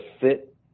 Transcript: fit